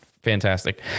Fantastic